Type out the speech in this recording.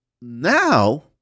now